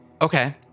Okay